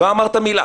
לא אמרת מילה.